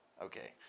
Okay